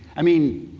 i mean,